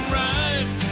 right